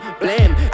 blame